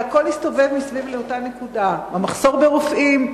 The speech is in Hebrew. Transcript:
הכול הסתובב סביב אותה נקודה: המחסור ברופאים,